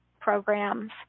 programs